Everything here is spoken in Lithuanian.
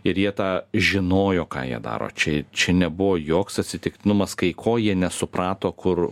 ir jie tą žinojo ką jie daro čia čia nebuvo joks atsitiktinumas kai ko jie nesuprato kur